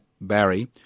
Barry